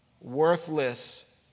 worthless